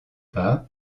part